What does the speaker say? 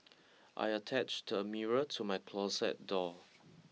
I attached a mirror to my closet door